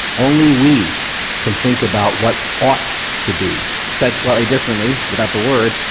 only we can think about what ought to be. said slightly differently without the word,